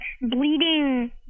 bleeding